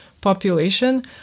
population